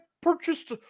purchased